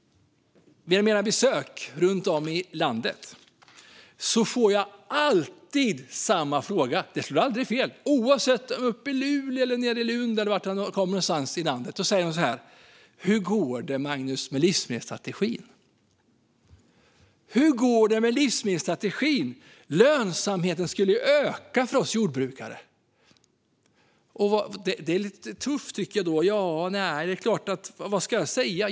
Vid mina besök runt om i landet får jag alltid samma fråga. Det slår aldrig fel. Oavsett om det är Luleå eller Lund säger de så här: Hur går det med livsmedelsstrategin, Magnus? Lönsamheten skulle ju öka för oss jordbrukare. Då är det lite tufft, tycker jag, för vad ska jag säga?